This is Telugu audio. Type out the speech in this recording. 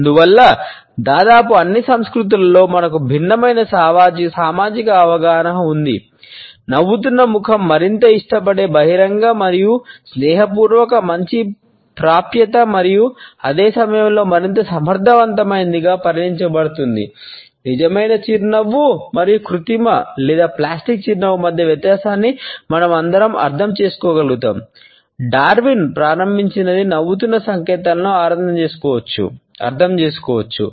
అందువల్ల దాదాపు అన్ని సంస్కృతులలో మనకు భిన్నమైన సామాజిక అవగాహన ఉంది నవ్వుతున్న ముఖం మరింత ఇష్టపడే బహిరంగ మరియు స్నేహపూర్వక మంచి ప్రాప్యత ప్రారంభించినది నవ్వుతున్న సంకేతాలను అర్థం చేసుకోవచ్చు